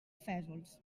fesols